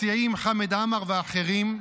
מציעים, חמד עמאר ואחרים.